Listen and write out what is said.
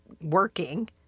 working